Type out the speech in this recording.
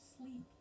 sleep